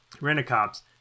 rent-a-cops